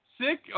Sick